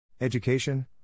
Education